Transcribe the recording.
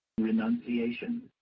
Renunciation